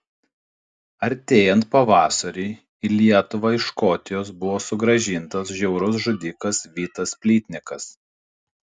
artėjant pavasariui į lietuvą iš škotijos buvo sugrąžintas žiaurus žudikas vitas plytnikas